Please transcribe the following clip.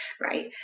right